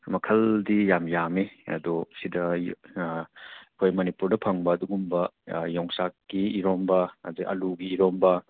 ꯃꯈꯜꯗꯤ ꯌꯥꯝ ꯌꯥꯝꯃꯤ ꯑꯗꯣ ꯁꯤꯗ ꯑꯩꯈꯣꯏ ꯃꯅꯤꯄꯨꯔꯗ ꯐꯪꯕ ꯑꯗꯨꯒꯨꯝꯕ ꯌꯣꯡꯆꯥꯛꯀꯤ ꯏꯔꯣꯝꯕ ꯑꯗꯩ ꯑꯥꯜꯂꯨꯒꯤ ꯏꯔꯣꯟꯕ